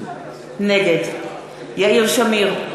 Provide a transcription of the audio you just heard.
נגד יאיר שמיר,